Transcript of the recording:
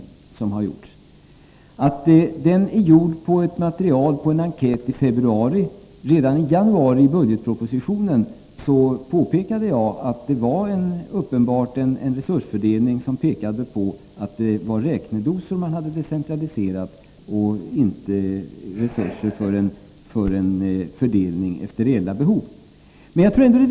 Jag vill bara kort konstatera att den är gjord på basis av ett material från en enkät i februari. Jag framhöll redan i budgetpropositionen i januari att det uppenbart var fråga om en decentralisering av räknedosor och inte en fördelning av resurser efter reella behov.